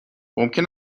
ممکن